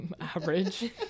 average